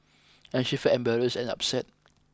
and she felt embarrassed and upset